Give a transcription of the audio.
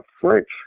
French